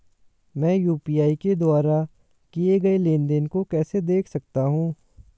मैं यू.पी.आई के द्वारा किए गए लेनदेन को कैसे देख सकता हूं?